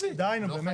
איתן, זה לא נכון.